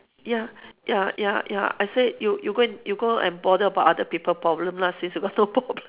ya ya ya ya I said you you go and you go and bother about other people problem lah since you got no problem